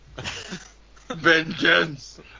Vengeance